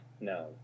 No